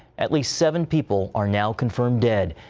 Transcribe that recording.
at least seven people are now confirmed dead,